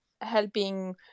helping